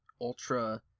ultra